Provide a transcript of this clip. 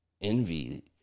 envy